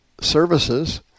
services